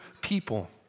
people